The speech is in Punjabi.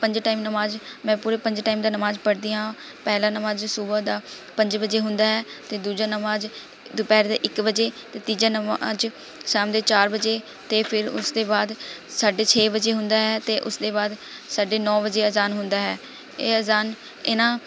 ਪੰਜ ਟਾਈਮ ਨਮਾਜ਼ ਮੈਂ ਪੂਰੇ ਪੰਜ ਟਾਈਮ ਦਾ ਨਮਾਜ਼ ਪੜ੍ਹਦੀ ਹਾਂ ਪਹਿਲਾ ਨਮਾਜ਼ ਸੁਬਾਹ ਦਾ ਪੰਜ ਵਜੇ ਹੁੰਦਾ ਹੈ ਅਤੇ ਦੂਜਾ ਨਮਾਜ਼ ਦੁਪਹਿਰ ਦੇ ਇੱਕ ਵਜੇ ਅਤੇ ਤੀਜਾ ਨਮਾਜ਼ ਸ਼ਾਮ ਦੇ ਚਾਰ ਵਜੇ ਅਤੇ ਫਿਰ ਉਸ ਅਤੇ ਬਾਅਦ ਸਾਢੇ ਛੇ ਵਜੇ ਹੁੰਦਾ ਹੈ ਅਤੇ ਉਸ ਤੇ ਬਾਅਦ ਸਾਢੇ ਨੌ ਵਜੇ ਅਜ਼ਾਨ ਹੁੰਦਾ ਹੈ ਇਹ ਅਜ਼ਾਨ ਇਹਨਾਂ